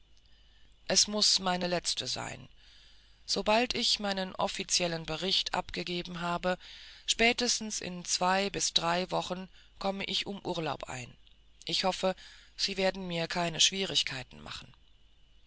es muß meine letzte sein sobald ich meinen offiziellen bericht abgegeben habe spätestens in zwei bis drei wochen komme ich um urlaub ein ich hoffe sie werden mir keine schwierigkeiten machen